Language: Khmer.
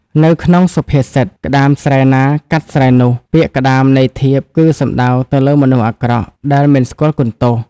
ក្នុងនៅសុភាសិត ក្តាមស្រែណាកាត់ស្រែនោះ ពាក្យ ក្តាមន័យធៀប គឺសំដៅទៅលើមនុស្សអាក្រក់ ដែលមិនស្គាល់គុណទោស។